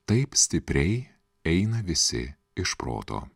taip stipriai eina visi iš proto